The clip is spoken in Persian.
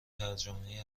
ترجمه